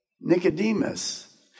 Nicodemus